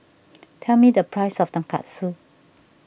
tell me the price of Tonkatsu